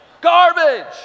Garbage